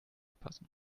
passen